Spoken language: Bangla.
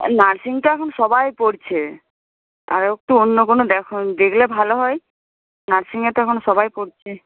আর নার্সিং তো এখন সবাই পড়ছে আরও একটু অন্য কোনো দেখো দেখলে ভালো হয় নার্সিংয়ে তো এখন সবাই পড়ছে